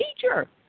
teacher